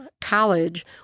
college